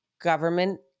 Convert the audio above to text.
government